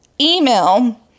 email